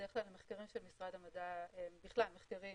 בדרך כלל המחקרים של משרד המדע, בכלל המחקרים